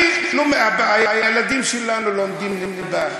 הילדים שלנו לומדים ליבה,